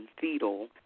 fetal